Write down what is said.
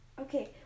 Okay